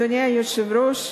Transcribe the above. גברתי,